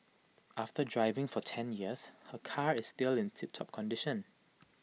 after driving for ten years her car is still in tiptop condition